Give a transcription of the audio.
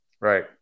Right